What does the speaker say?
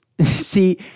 See